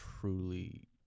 truly